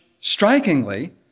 strikingly